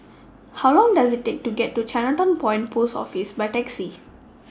How Long Does IT Take to get to Chinatown Point Post Office By Taxi